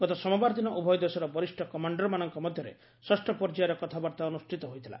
ଗତ ସୋମବାର ଦିନ ଉଭୟ ଦେଶର ବରିଷ୍ଠ କମାଣ୍ଡରମାନଙ୍କ ମଧ୍ୟରେ ଷଷ୍ଠ ପର୍ଯ୍ୟାୟର କଥାବାର୍ତ୍ତା ଅନୁଷ୍ଠିତ ହୋଇଥିଲା